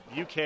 UK